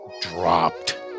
dropped